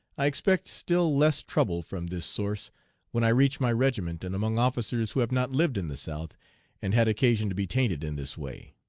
i expect still less trouble from this source when i reach my regiment and among officers who have not lived in the south and had occasion to be tainted in this way.